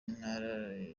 ntara